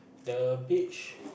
the beach